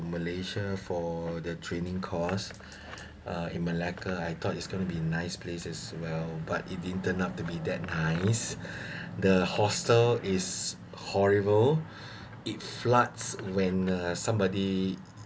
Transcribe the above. malaysia for the training course uh in malacca I thought is gonna be nice place as well but it didn't turn out to be that nice the hostel is horrible it floods when uh somebody